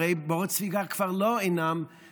הרי בורות ספיגה כבר לא מתאימים.